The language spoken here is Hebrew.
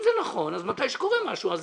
אם זה נכון, אז מתי שקורה משהו יש